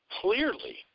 clearly